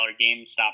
GameStop